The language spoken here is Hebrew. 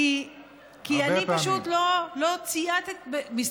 כי אני פשוט לא צייתי, הרבה פעמים.